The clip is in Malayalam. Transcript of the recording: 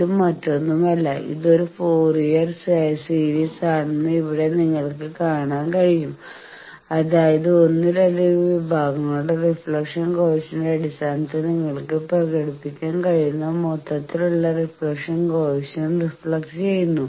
ഇത് മറ്റൊന്നുമല്ല ഇത് ഒരു ഫോറിയർ സീരീസ് ആണെന്ന് ഇവിടെ നിങ്ങൾക്ക് കാണാൻ കഴിയും അതായത് ഒന്നിലധികം വിഭാഗങ്ങളുടെ റിഫ്ലക്ഷൻ കോയെഫിഷ്യന്റിന്റെ അടിസ്ഥാനത്തിൽ നിങ്ങൾക്ക് പ്രകടിപ്പിക്കാൻ കഴിയുന്ന മൊത്തത്തിലുള്ള റിഫ്ലക്ഷൻ കോയെഫിഷ്യന്റ് റിഫ്ലക്ട് ചെയ്യുന്നു